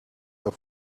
the